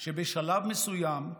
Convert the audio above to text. עלה שבשלב מסוים,